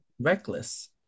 reckless